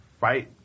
right